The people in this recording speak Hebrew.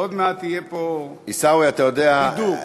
עוד מעט יהיה פה, עיסאווי, אתה יודע, בידור.